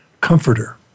Comforter